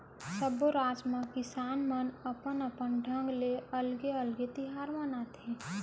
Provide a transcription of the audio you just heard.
सब्बो राज म किसान मन अपन अपन ढंग ले अलगे अलगे तिहार मनाथे